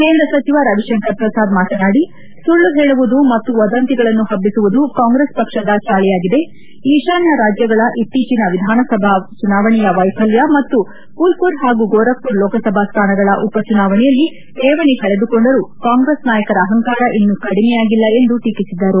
ಕೇಂದ್ರ ಸಚಿವ ರವಿಶಂಕರ ಪ್ರಸಾದ್ ಮಾತನಾಡಿ ಸುಳ್ಲ ಹೇಳುವುದು ಮತ್ತು ವದಂತಿಗಳನ್ನು ಹಭ್ಗಿಸುವುದು ಕಾಂಗ್ರೆಸ್ ಪಕ್ಷದ ಚಾಳಿಯಾಗಿದೆ ಈಶಾನ್ದ ರಾಜ್ಯಗಳ ಇತ್ತೀಚಿನ ವಿಧಾನಸಭಾ ಚುನಾವಣೆಯ ವೈಫಲ್ಯ ಮತ್ತು ಫೂಲ್ಪುರ್ ಹಾಗೂ ಗೋರಬ್ಪುರ್ ಲೋಕಸಭಾ ಸ್ವಾನಗಳ ಉಪಚುನಾವಣೆಯಲ್ಲಿ ಶೇವಣಿ ಕಳೆದುಕೊಂಡರೂ ಕಾಂಗ್ರೆಸ್ ನಾಯಕರ ಅಪಂಕಾರ ಇನ್ನೂ ಕಡಿಮೆಯಾಗಿಲ್ಲ ಎಂದು ಟೀಕಿಸಿದರು